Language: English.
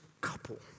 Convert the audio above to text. couple